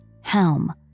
Helm